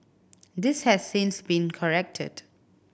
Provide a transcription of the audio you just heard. this has since been corrected